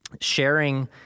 sharing